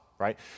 right